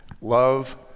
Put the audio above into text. Love